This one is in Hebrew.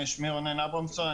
שמי רונן אברמסון.